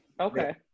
okay